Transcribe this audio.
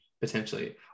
potentially